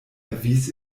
erwies